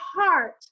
heart